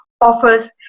offers